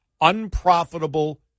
unprofitable